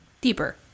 deeper